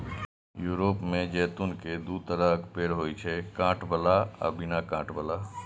Europe मे जैतून के दू तरहक पेड़ होइ छै, कांट बला आ बिना कांट बला